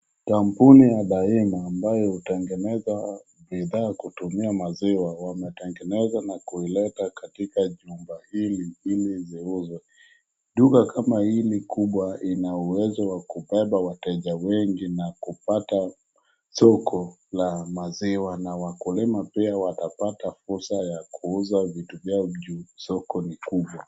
Kampuni ya daima ambayo hutengeneza bidhaa kutumia maziwa wametengeneza na kuileta katika jumba hili ili ziuzwe. Duka kama hili kubwa ina uwezo wa kubeba wateja wengi na kupata soko la maziwa na wakulima pia watapata fursa ya kuuza vitu vya juu soko ni kubwa.